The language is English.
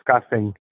discussing